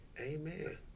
Amen